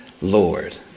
Lord